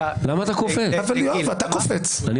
לגבי